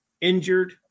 injured